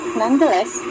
Nonetheless